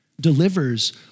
delivers